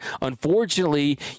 Unfortunately